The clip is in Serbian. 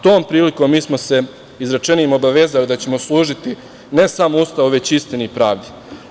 Tom prilikom mi smo se izrečenim obavezali da ćemo služiti ne samo Ustavu, već i istini i pravdi.